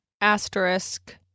Asterisk